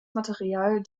material